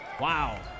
Wow